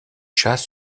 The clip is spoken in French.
chats